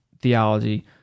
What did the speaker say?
theology